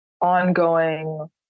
ongoing